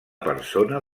persona